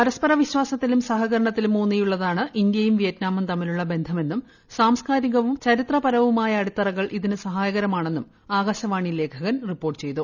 പരസ്പര വിശ്വാസത്തിലും സഹകരണത്തിലും ഊന്നിയുള്ളതാണ് ഇന്ത്യയും വിയറ്റ്നാമും തമ്മിലുള്ള ബന്ധമെന്നും സാംസ്കാരികവും ചരിത്രപരവുമായ അടിത്തറകൾ ഇതിന് സഹായകമാണെന്നും ആകാശവാണി ലേഖകൻ റിപ്പോർട്ട് ചെയ്തു